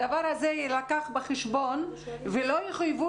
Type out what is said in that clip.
הדבר הזה יילקח בחשבון והם לא יחויבו